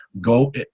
go